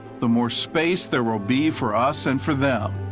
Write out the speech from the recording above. the most space there will be for us and for them.